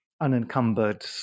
unencumbered